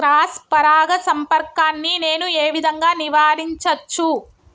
Cross పరాగ సంపర్కాన్ని నేను ఏ విధంగా నివారించచ్చు?